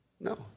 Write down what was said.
No